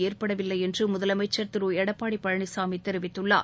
ஏற்படவில்லை என்று முதலமைச்சர் திரு எடப்பாடி பழனிசாமி தெரிவித்துள்ளார்